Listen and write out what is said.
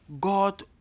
God